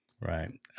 right